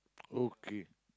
okay